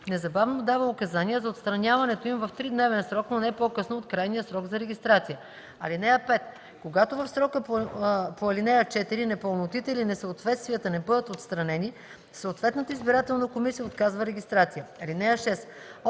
незабавно дава указания за отстраняването им в тридневен срок, но не по-късно от крайния срок за регистрация. (5) Когато в срока по ал. 4 непълнотите или несъответствията не бъдат отстранени, съответната избирателна комисия отказва регистрация. (6)